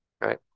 Right